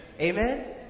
Amen